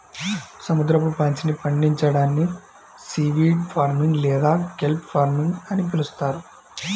సముద్రపు పాచిని పండించడాన్ని సీవీడ్ ఫార్మింగ్ లేదా కెల్ప్ ఫార్మింగ్ అని పిలుస్తారు